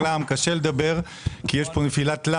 קשה לדבר אחרי תומר גלאם כי יש נפילת מתח.